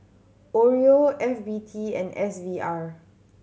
Oreo F B T and S V R